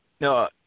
No